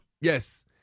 Yes